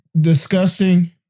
disgusting